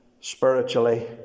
spiritually